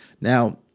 Now